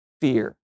fear